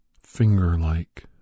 finger-like